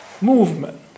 movement